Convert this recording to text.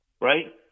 right